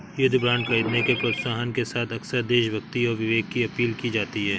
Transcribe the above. युद्ध बांड खरीदने के प्रोत्साहन के साथ अक्सर देशभक्ति और विवेक की अपील की जाती है